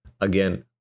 Again